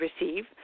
receive